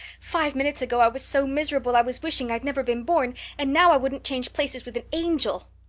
five minutes ago i was so miserable i was wishing i'd never been born and now i wouldn't change places with an angel!